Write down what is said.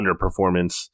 underperformance